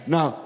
Now